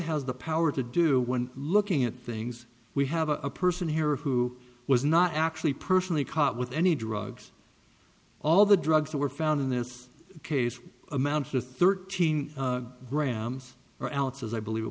has the power to do when looking at things we have a person here who was not actually personally caught with any drugs all the drugs that were found in this case amounts to thirteen grams or alex as i believe it